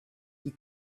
you